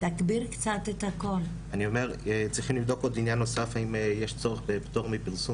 אני אומר צריכים לבדוק עניין נוסף אם יש פטור מפרסום